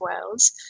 Wales